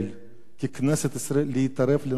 ככנסת ישראל, להתערב בנושא הזה בכלל.